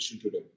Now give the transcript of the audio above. today